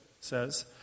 says